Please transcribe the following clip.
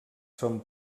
són